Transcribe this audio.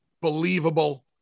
believable